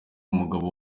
umugabo